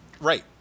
Right